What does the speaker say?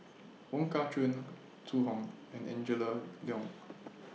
Wong Kah Chun Zhu Hong and Angela Liong